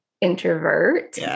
Introvert